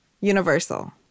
Universal